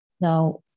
Now